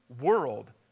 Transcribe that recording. world